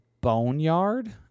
Boneyard